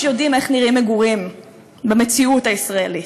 יודעים איך נראים מגורים במציאות הישראלית.